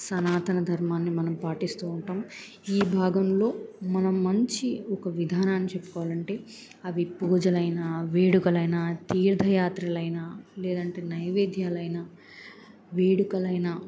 సనాతన ధర్మాన్ని మనం పాటిస్తూ ఉంటాం ఈ భాగంలో మనం మంచి ఒక విధానాన్ని చెప్పుకోవాలంటే అవి పూజలైైన వేడుకలైనా తీర్థయాత్రలైనా లేదంటే నైవేద్యాలైనా వేడుకలనా